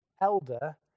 elder